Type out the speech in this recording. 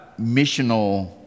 missional